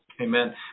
Amen